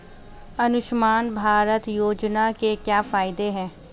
आयुष्मान भारत योजना के क्या फायदे हैं?